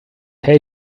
hate